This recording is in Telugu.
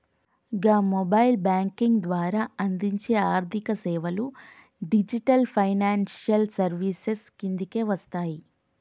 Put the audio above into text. గా మొబైల్ బ్యేంకింగ్ ద్వారా అందించే ఆర్థికసేవలు డిజిటల్ ఫైనాన్షియల్ సర్వీసెస్ కిందకే వస్తయి